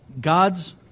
God's